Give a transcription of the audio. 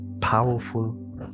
powerful